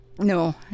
no